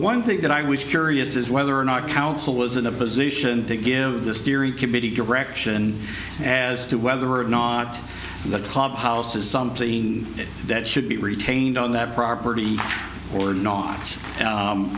one thing that i was curious is whether or not council was in a position to give the steering committee direction as to whether or not the clubhouse is something that should be retained on that property or not